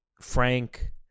Frank